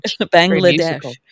Bangladesh